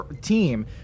team